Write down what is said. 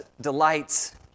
delights